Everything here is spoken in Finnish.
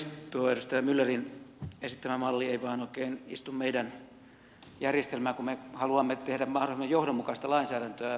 tuo edustaja myllerin esittämä malli ei vain oikein istu meidän järjestelmäämme kun me haluamme tehdä mahdollisimman johdonmukaista lainsäädäntöä